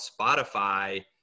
Spotify